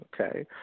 Okay